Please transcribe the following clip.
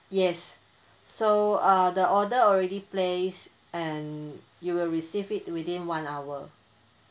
yes so uh the order already placed and you will receive it within one hour